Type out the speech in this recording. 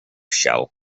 shell